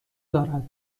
دارد